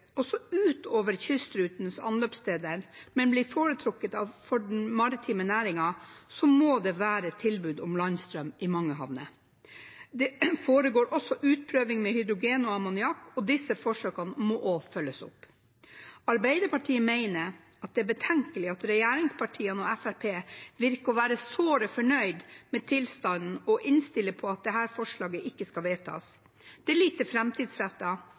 også ut over kystrutens anløpssteder, og bli foretrukket av den maritime næringen, må det være tilbud om landstrøm i mange havner. Det foregår også utprøving med hydrogen og ammoniakk, og disse forsøkene må også følges opp. Arbeiderpartiet mener det er betenkelig at regjeringspartiene og Fremskrittspartiet virker å være såre fornøyd med tilstanden og innstiller på at dette forslaget ikke skal vedtas. Det er lite